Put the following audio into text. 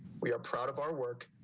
we are proud of our work,